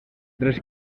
tres